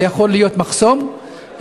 זה יכול להיות מחסום לפעמים.